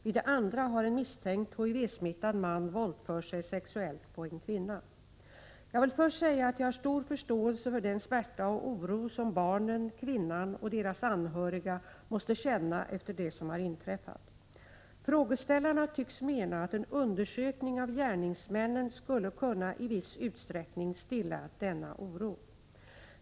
Vid det andra har en misstänkt HIV-smittad man våldfört sig sexuellt på en kvinna. Jag vill först säga att jag har stor förståelse för den smärta och oro som barnen, kvinnan och deras anhöriga måste känna efter det som har inträffat. Frågeställarna tycks mena att en undersökning av gärningsmännen skulle kunna i viss utsträckning stilla denna oro.